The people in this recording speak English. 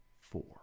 four